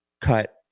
cut